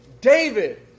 David